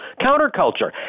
counterculture